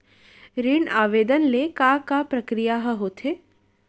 ऋण आवेदन ले के का का प्रक्रिया ह होथे?